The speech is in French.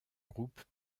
groupe